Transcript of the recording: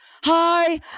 Hi